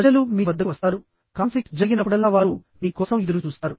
ప్రజలు మీ వద్దకు వస్తారు కాన్ఫ్లిక్ట్ జరిగినప్పుడల్లా వారు మీ కోసం ఎదురు చూస్తారు